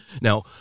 Now